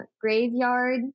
graveyard